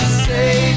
say